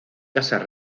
casas